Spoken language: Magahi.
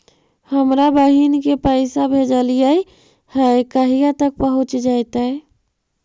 हमरा बहिन के पैसा भेजेलियै है कहिया तक पहुँच जैतै?